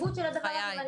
בחיים לא